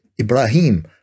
Ibrahim